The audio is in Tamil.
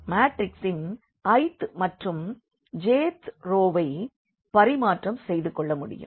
எனவே மேட்ரிக்சின் i th மற்றும் j th ரோவை பரிமாற்றம் செய்துகொள்ள முடியும்